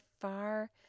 far